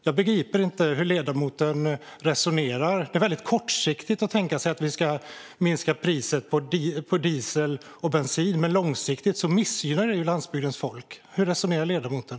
Jag begriper inte hur ledamoten resonerar. Det är väldigt kortsiktigt att tänka sig att vi ska minska priset på diesel och bensin. Men långsiktigt missgynnar det landsbygdens folk. Hur resonerar ledamoten?